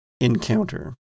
encounter